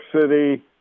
city